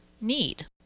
need